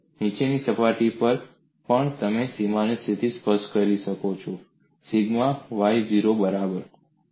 નીચેની સપાટી પર પણ તમે સીમાની સ્થિતિ સ્પષ્ટ કરી છે સિગ્મા Y 0 ની બરાબર